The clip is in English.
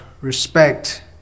respect